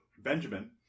Benjamin